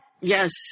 yes